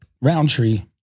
Roundtree